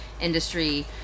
industry